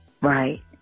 right